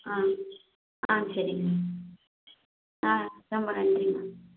ஆ ஆ சரி மேம் ஆ ரொம்ப நன்றி மேம்